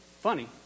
funny